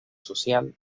social